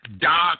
Doc